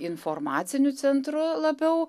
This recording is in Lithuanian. informaciniu centru labiau